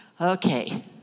Okay